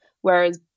Whereas